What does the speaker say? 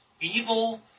evil